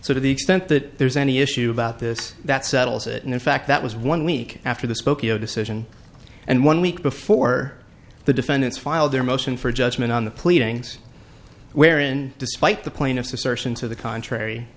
to the extent that there's any issue about this that settles it and in fact that was one week after the spokeo decision and one week before the defendants filed their motion for judgment on the pleadings wherein despite the plaintiff's assertion to the contrary